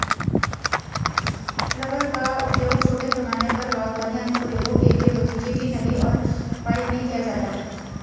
rubber का उपयोग छोटे पैमाने पर बागवानी अनुप्रयोगों के लिए बगीचे की नली और पाइप में किया जाता है